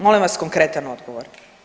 Molim vas konkretan odgovor.